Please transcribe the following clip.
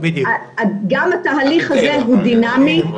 גם התהליך הזה הוא דינמי,